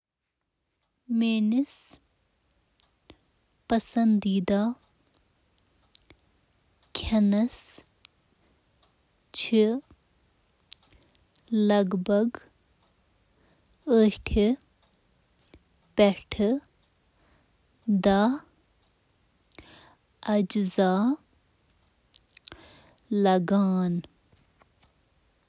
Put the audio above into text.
ترکیٖبَس منٛز ہٮ۪کَن چیٖزَن ہُنٛد تعداد بٔڑِس پیمانَس پٮ۪ٹھ مُختٔلِ ضروٗری چیٖز کینٛہہ ضروٗری چیٖز یِم اتھس منٛز آسٕنۍ چھِ تِمَن منٛز چھِ نوٗن، مَرٕژ، زیتون تیٖل، سبزی ہُنٛد تیل، پرٛٮ۪تھ مقصدُک آٹا، تہٕ دانہ دار کھنٛڈ، مرچی تہٕ باقی شٲمِل۔